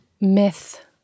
myth